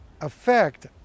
effect